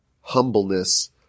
humbleness